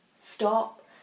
Stop